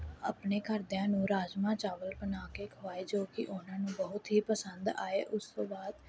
ਆਪਣੇ ਘਰਦਿਆਂ ਨੂੰ ਰਾਜਮਾਹ ਚਾਵਲ ਬਣਾ ਕੇ ਖਵਾਏ ਜੋ ਕਿ ਉਹਨਾਂ ਨੂੰ ਬਹੁਤ ਹੀ ਪਸੰਦ ਆਏ ਉਸ ਤੋਂ ਬਾਅਦ